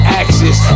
axis